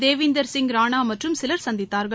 தேவிந்தர் சிங் ரானா மற்றும் சிலர் சந்தித்தார்கள்